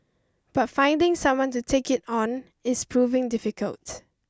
but finding someone to take it on is proving difficult